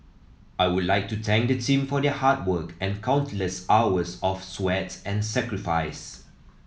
I would like to thank the team for their hard work and countless hours of sweat and sacrifice